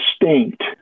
distinct